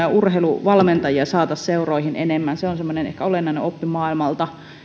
ja urheiluvalmentajia saataisiin seuroihin enemmän se on semmoinen ehkä olennainen oppi maailmalta